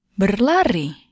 berlari